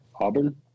Auburn